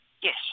Yes